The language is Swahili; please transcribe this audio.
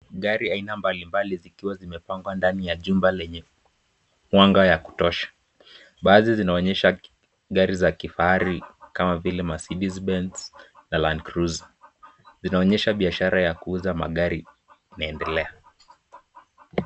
Gari aina mbalimbali zikiwa zimepangwa ndani ya chumba lenye mwanga ya kutosha. Baadi zinaonyesha aina za gari kama vile Mercedes Benz na Landcruizer. Linaonyesha biashara ya kuuza magari inaendelea.